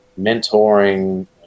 mentoring